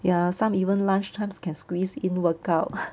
ya some even lunch time can squeeze in workout